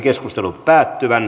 keskustelu päättyi